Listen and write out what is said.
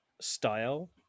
style